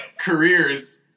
careers